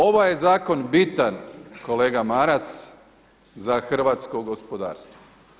Ovaj je zakon bitan kolega Maras za hrvatsko gospodarstvo.